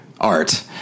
art